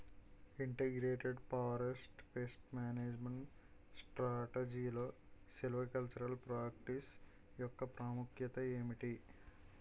Integrated forest pest management స్ట్రాటజీలో silvicultural practice యెక్క ప్రాముఖ్యత ఏమిటి??